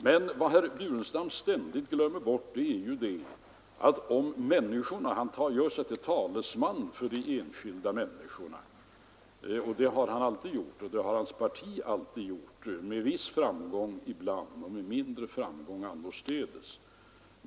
Herr Burenstam Linder gör sig till talesman för de enskilda människorna. Det har han och hans parti alltid gjort, ibland med viss framgång och ibland med mindre framgång.